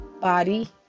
body